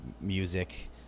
music